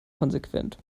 konsequent